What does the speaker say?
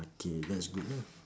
okay that's good lah